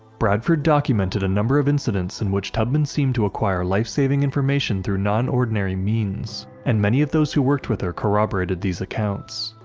bradford documented a number of incidents in which tubman seemed to acquire life-saving information through non-ordinary means, and many of those who worked with her corroborated these accounts.